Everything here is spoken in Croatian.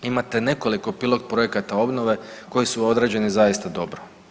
Imate nekoliko pilot projekata obnove koji su odrađeni zaista dobro.